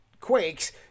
quakes